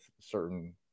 certain